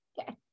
Okay